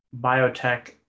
biotech